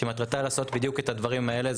שמטרתה לעשות בדיוק את הדברים האלה.